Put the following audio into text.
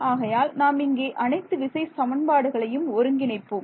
ஆகையால் நாம் இங்கே அனைத்து விசை சமன்பாடுகளையும் ஒருங்கிணைப்போம்